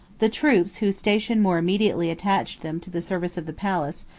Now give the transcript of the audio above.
the troops, whose station more immediately attached them to the service of the palace,